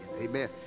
Amen